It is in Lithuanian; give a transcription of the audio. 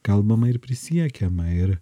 kalbama ir prisiekiama ir